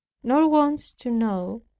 nor wants to know,